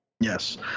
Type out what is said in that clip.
Yes